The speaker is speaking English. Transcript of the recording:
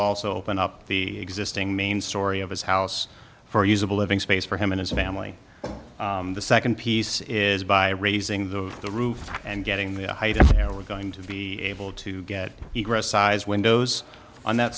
also open up the existing main story of his house for usable living space for him and his family the second piece is by raising the the roof and getting the items there were going to be able to get windows on that